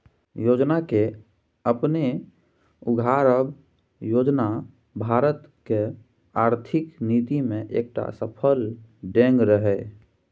आय केँ अपने उघारब योजना भारतक आर्थिक नीति मे एकटा सफल डेग रहय